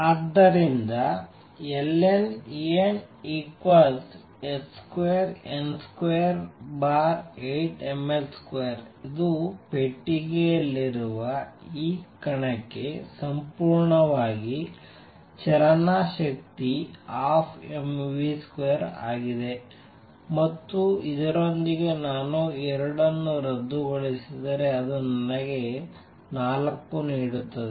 ಆದ್ದರಿಂದ Lನ En h2n28mL2 ಇದು ಪೆಟ್ಟಿಗೆಯಲ್ಲಿರುವ ಈ ಕಣಕ್ಕೆ ಸಂಪೂರ್ಣವಾಗಿ ಚಲನಾ ಶಕ್ತಿ 12mv2 ಆಗಿದೆ ಮತ್ತು ಇದರೊಂದಿಗೆ ನಾನು 2 ಅನ್ನು ರದ್ದುಗೊಳಿಸಿದರೆ ಅದು ನನಗೆ 4 ನೀಡುತ್ತದೆ